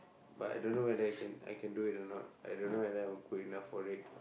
but I don't know whether I can I can do it or not I don't know whether I'm good enough for it